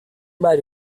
mai